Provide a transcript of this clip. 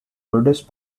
oldest